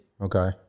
Okay